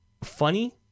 funny